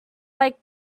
like